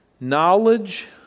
Knowledge